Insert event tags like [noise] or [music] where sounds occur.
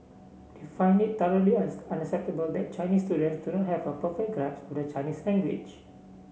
they find it thoroughly [unintelligible] unacceptable that Chinese students do not have a perfect grasp to the Chinese language